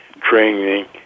training